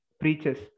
preaches